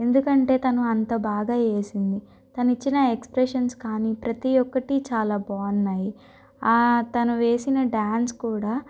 ఎందుకంటే తను అంత బాగా వేసింది తను ఇచ్చిన ఎక్స్ప్రెషన్స్ కానీ ప్రతి ఒక్కటి చాలా బాగున్నాయి తను వేసిన డ్యాన్స్ కూడా